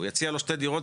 הוא יציע לו שתי דירות,